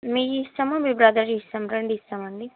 మీవి ఇస్తాము మీ బ్రదర్వి ఇస్తాము రెండు ఇస్తాం అండి